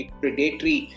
predatory